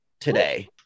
today